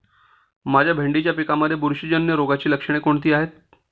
माझ्या भेंडीच्या पिकामध्ये बुरशीजन्य रोगाची लक्षणे कोणती आहेत?